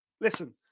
listen